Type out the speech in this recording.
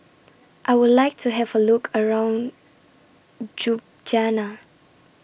I Would like to Have A Look around